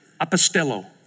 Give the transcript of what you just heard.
apostello